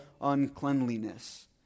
uncleanliness